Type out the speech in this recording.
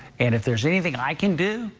and if there is anything i can do,